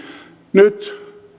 nyt